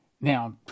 Now